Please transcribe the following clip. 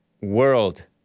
world